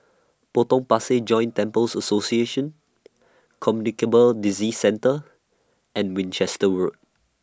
Potong Pasir Joint Temples Association Communicable Disease Centre and Winchester Road